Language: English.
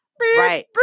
right